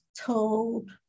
told